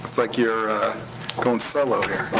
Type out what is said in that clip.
like you're goin' solo here.